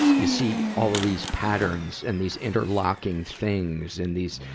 you see all of these patterns and these interlocking things, and these,